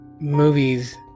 movies